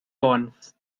bons